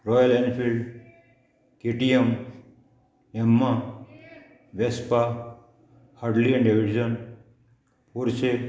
royal Enfield KTM Yamaha Vespa Harley Davidson Porsche